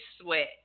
Sweat